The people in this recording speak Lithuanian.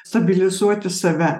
stabilizuoti save